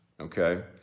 okay